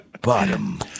Bottom